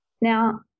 Now